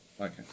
Okay